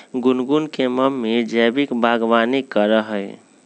गुनगुन के मम्मी जैविक बागवानी करा हई